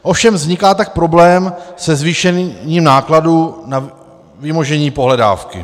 Ovšem vzniká tak problém se zvýšením nákladů na vymožení pohledávky.